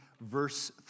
verse